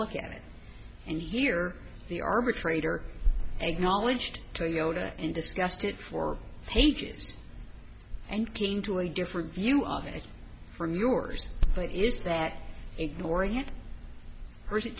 look at it and hear the arbitrator eg knowledged toyota in disgusted four pages and came to a different view of it from yours but is that ignoring it or is it